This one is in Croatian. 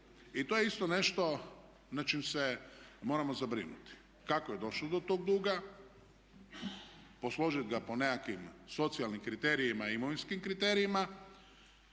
I to je isto nešto nad čim se moramo zabrinuti. Kako je došlo do tog duga? Posložit ga po nekakvim socijalnim kriterijima i imovinskim kriterijima.